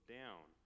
down